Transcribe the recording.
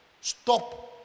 stop